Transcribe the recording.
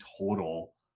total